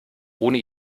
ohne